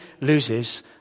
loses